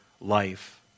life